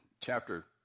chapter